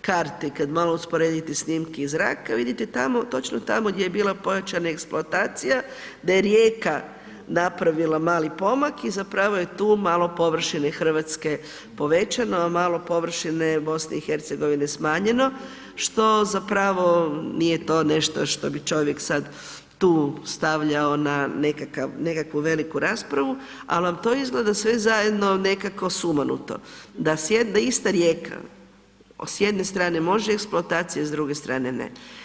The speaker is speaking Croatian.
karte i kad malo usporedite snimke iz zraka vidite tamo, točno tamo gdje je bila pojačana eksploatacija da je rijeka napravila mali pomak i zapravo je tu malo površine RH povećano, a malo površine BiH je smanjeno, što zapravo nije to nešto što bi čovjek sad tu stavljao na nekakvu veliku raspravu, al vam to izgleda sve zajedno nekako sumanuto da ista rijeka s jedne strane može eksploatacija, s druge strane ne.